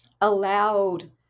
allowed